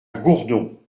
gourdon